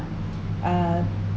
uh